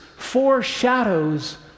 foreshadows